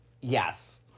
Yes